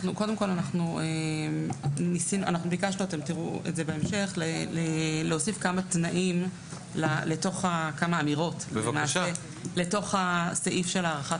אנחנו ביקשנו אתם תראו את זה בהמשך להוסיף כמה אמירות לסעיף של הערכת